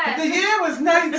the year was nineteen